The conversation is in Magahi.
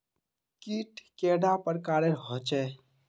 कीट कैडा पर प्रकारेर होचे?